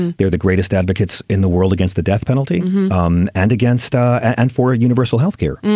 they're the greatest advocates in the world against the death penalty um and against ah and for a universal health care.